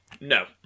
No